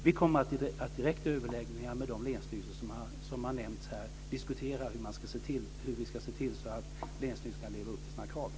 Vi kommer att i direkta överläggningar med de länsstyrelser som har nämnts här diskutera hur vi ska se till att länsstyrelserna kan leva upp till kraven.